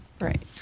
Right